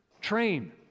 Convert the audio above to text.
train